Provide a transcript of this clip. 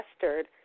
festered